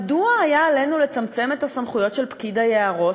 מדוע היה עלינו לצמצם את הסמכויות של פקידי יערות?